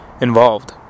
involved